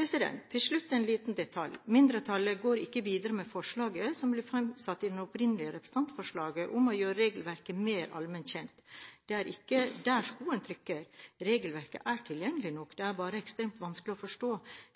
Til slutt en liten detalj. Mindretallet går ikke videre med forslaget som ble framsatt i det opprinnelige representantforslaget om å gjøre regelverket mer allment kjent. Det er ikke der skoen trykker. Regelverket er tilgjengelig nok, det er bare ekstremt vanskelig å forstå.